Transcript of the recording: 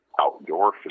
outdoor